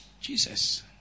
Jesus